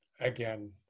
again